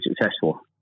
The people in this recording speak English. successful